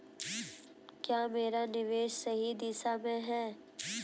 क्या मेरा निवेश सही दिशा में है?